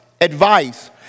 advice